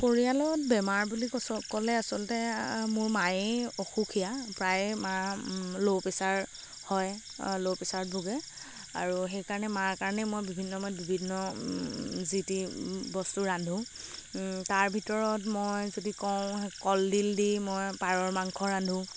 পৰিয়ালত বেমাৰ বুলি ক'লে আচলতে মোৰ মায়েই অসুখীয়া প্ৰায়ে মাৰ ল' প্ৰেচাৰ হয় ল' প্ৰেচাৰত ভোগে আৰু সেইকাৰণে মাৰ কাৰণে মই বিভিন্ন সময়ত বিভিন্ন যি টি বস্তু ৰান্ধোঁ তাৰ ভিতৰত মই যদি কওঁ কলদিল দি মই পাৰৰ মাংস ৰান্ধোঁ